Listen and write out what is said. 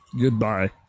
Goodbye